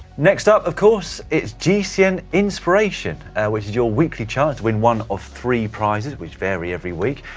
next up, of course, is gcn inspiration which is your weekly chance to win one of three prizes which vary every week.